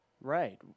Right